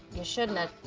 you shouldn'ta,